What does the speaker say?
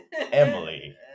Emily